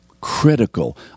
critical